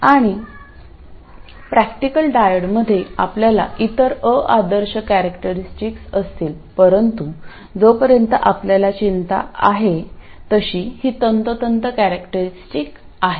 आणि प्रॅक्टिकल डायोडमध्ये आपल्याकडे इतर अ आदर्श कॅरेक्टरिस्टिक असतील परंतु जोपर्यंत आपल्याला चिंता आहे तशी ही तंतोतंत कॅरेक्टरिस्टिक आहे